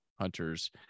hunters